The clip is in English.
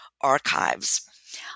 archives